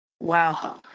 Wow